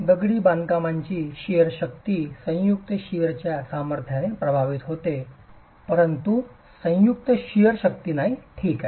दगडी बांधकामाची शिअर शक्ती संयुक्त शिअरच्या सामर्थ्याने प्रभावित होते परंतु संयुक्त शिअर शक्ती नाही ठीक आहे